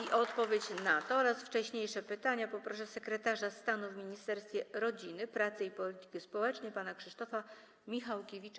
I o odpowiedź na to oraz wcześniejsze pytania poproszę sekretarza stanu w Ministerstwie Rodziny, Pracy i Polityki Społecznej pana Krzysztofa Michałkiewicza.